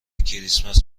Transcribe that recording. کریسمس